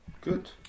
Good